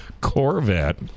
Corvette